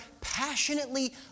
passionately